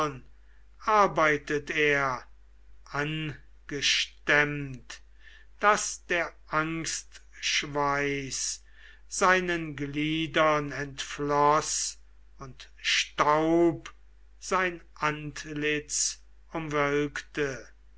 arbeitet er angestemmt daß der angstschweiß seinen gliedern entfloß und staub sein antlitz umwölkte